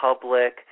public